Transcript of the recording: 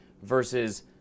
versus